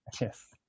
Yes